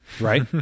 right